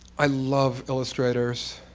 i love illustrators.